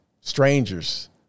strangers